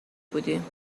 بودیم